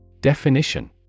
Definition